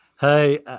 Hey